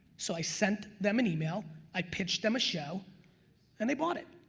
so i sent them an email, i pitched them a show and they bought it,